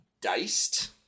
Diced